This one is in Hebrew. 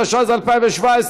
התשע"ז 2017,